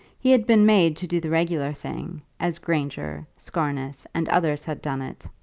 he had been made to do the regular thing, as granger, scarness, and others had done it.